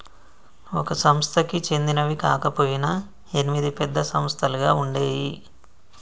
ఒక సంస్థకి చెందినవి కాకపొయినా ఎనిమిది పెద్ద సంస్థలుగా ఉండేయ్యి